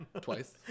Twice